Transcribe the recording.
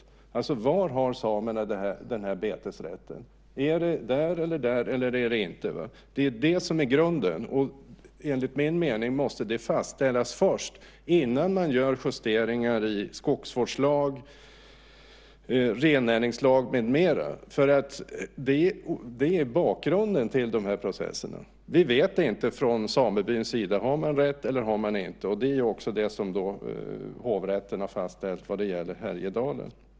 Var har alltså samerna den här betesrätten - där eller där, eller inte? Det är det som är grunden. Enligt min mening måste detta fastställas innan justeringar görs i skogsvårdslag, rennäringslag med mera. Det här är bakgrunden till dessa processer. Från samebyns sida vet vi inte om man har rätt eller inte. Det är också vad hovrätten har fastställt vad gäller Härjedalen.